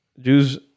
Jews